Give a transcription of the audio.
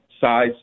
size